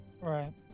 Right